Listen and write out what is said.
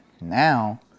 Now